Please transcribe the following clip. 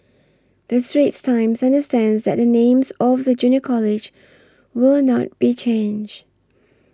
the Straits Times understands that the name of the Junior College will not be changed